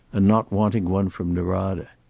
and not wanting one from norada.